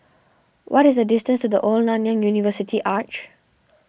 what is the distance to the Old Nanyang University Arch